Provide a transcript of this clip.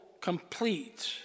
complete